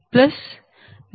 010